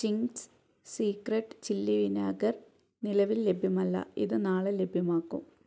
Ching's secret chilli vinegar നിലവിൽ ലഭ്യമല്ല ഇത് നാളെ ലഭ്യമാക്കും